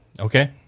Okay